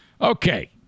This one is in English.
Okay